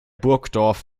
burgdorf